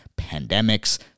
pandemics